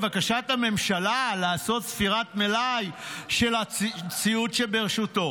לבקשת הממשלה לעשות ספירת מלאי של הציוד שברשותו,